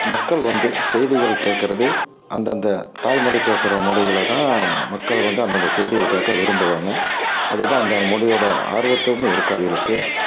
மக்கள் வந்து செய்திகள் கேட்கறது அந்த அந்த தாய்மொழி பேசுகிற மொழிகளை தான் மக்கள் வந்து அந்த அந்த செய்திகள் கேட்க விரும்புவாங்க அதுதான் அந்த மொழியோட ஆர்வத்தையுமே இருக்கும் அவகளுக்கு